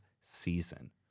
season